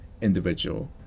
individual